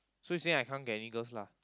so you say I can't get any girls lah